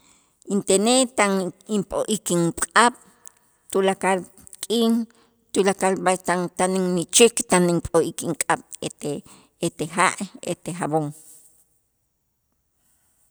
Intenej tan inp'o'ik ink'ab' tulakal k'in tulakal b'a' tan tan inmächik tan inp'o'ik ink'ab' ete ete ja' ete jabón.